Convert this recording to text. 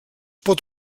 pot